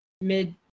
mid